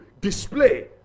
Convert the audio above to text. display